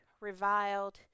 reviled